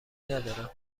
ندارم